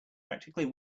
practically